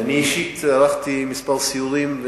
אני אישית ערכתי כמה סיורים,